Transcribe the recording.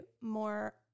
more